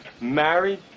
Married